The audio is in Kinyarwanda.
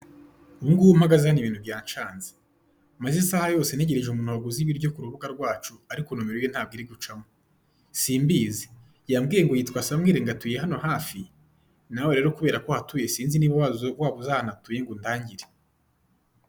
Ubu ngubu mpagaze hano ibintu byanshanze, maze isaha yose ntegereje umuntu waguze ibiryo ku rubuga ariko nomero ye ntago iri gucamo, simbizi yambwiye ngo yitwa Samuel ngo atuye hano hafi nawe rero kubera ko uhatuye sinzi niba waba uzi ahantu atuye ngo undangire?